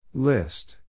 List